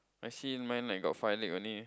I see mine like got five leg only